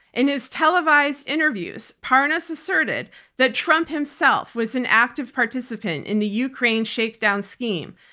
in his televised interviews, parnas asserted that trump himself was an active participant in the ukraine shakedown scheme,